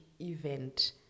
event